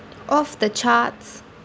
off the charts